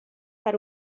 per